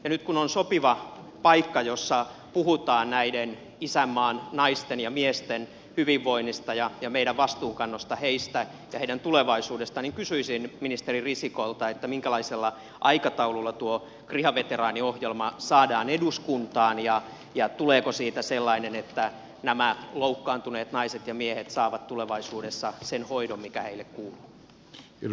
nyt kun on sopiva paikka jossa puhutaan näiden isänmaan naisten ja miesten hyvinvoinnista ja meidän vastuunkannosta heistä ja heidän tulevaisuudestaan niin kysyisin ministeri risikolta minkälaisella aikataululla tuo kriha veteraaniohjelma saadaan eduskuntaan ja tuleeko siitä sellainen että nämä loukkaantuneet naiset ja miehet saavat tulevaisuudessa sen hoidon mikä heille kuuluu